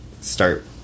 start